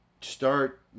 start